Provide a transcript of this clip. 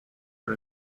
are